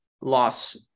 loss